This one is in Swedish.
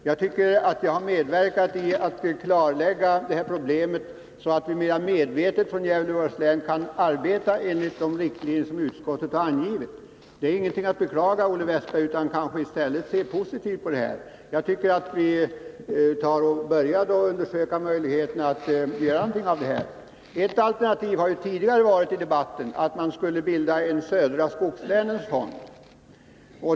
Jag tycker jag har medverkat till att klarlägga detta problem, så att vi från Gävleborgs län mera medvetet kan arbeta enligt de riktlinjer utskottet har angivit. Det är ingenting att beklaga, Olle Westberg. Se positivt på det här! Jag tycker att vi bör undersöka möjligheten att göra något av detta. Ett alternativ i debatten har tidigare varit att bilda en Södra skogslänens fond.